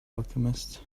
alchemist